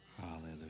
Hallelujah